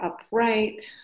upright